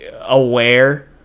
aware